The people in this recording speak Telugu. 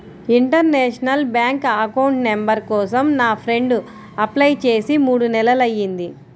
ఇంటర్నేషనల్ బ్యాంక్ అకౌంట్ నంబర్ కోసం నా ఫ్రెండు అప్లై చేసి మూడు నెలలయ్యింది